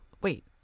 Wait